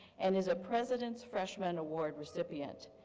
and is a president's freshman award recipient.